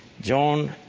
John